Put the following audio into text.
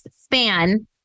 span